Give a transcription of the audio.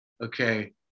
okay